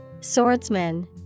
Swordsman